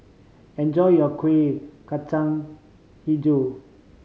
enjoy your Kuih Kacang Hijau